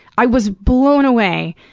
i was blown away,